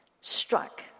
struck